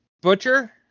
Butcher